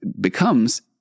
becomes